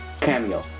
cameo